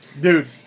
dude